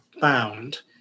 found